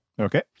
Okay